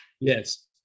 yes